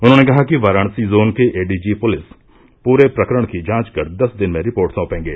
उन्होंने कहा कि वाराणसी जोन के एडीजी पुलिस पूरे प्रकरण की जांच कर दस दिन में रिपोर्ट सौंपेंगे